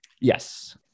Yes